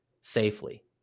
safely